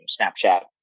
Snapchat